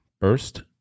first